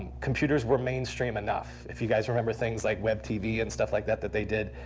computers were mainstream enough. if you guys remember things like web tv and stuff like that that they did.